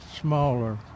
smaller